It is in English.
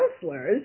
counselors